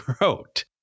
wrote